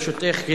ברשותך,